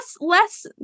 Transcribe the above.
less